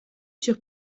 sur